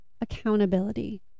accountability